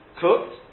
cooked